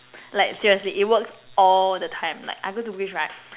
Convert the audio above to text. like seriously it works all the time like I go Bugis right